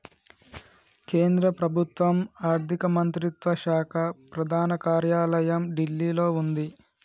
కేంద్ర ప్రభుత్వం ఆర్ధిక మంత్రిత్వ శాఖ ప్రధాన కార్యాలయం ఢిల్లీలో వుంది